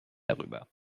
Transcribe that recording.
darüber